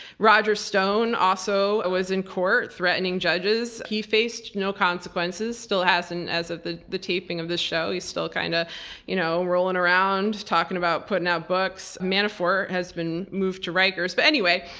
roger stone also was in court threatening judges. he faced no consequences, still hasn't as of the the taping of this show. he's still, kind of you know, rolling around talking about putting out books. manafort has been moved to riker's. but anyway,